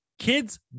Kids